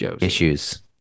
issues